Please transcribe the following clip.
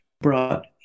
brought